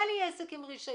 היה לי עסק עם רשיון,